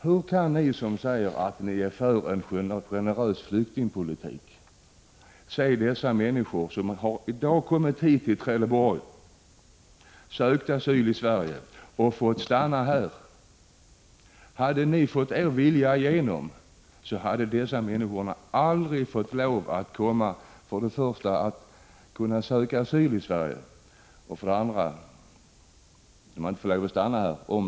Hur ser ni som säger att ni är för en generös flyktingpolitik på de människor som har kommit till Trelleborg, som har sökt asyl i Sverige och fått stanna här? Hade ni fått er vilja igenom hade dessa människor för det första aldrig fått lov att söka asyl i Sverige och för det andra inte fått stanna här.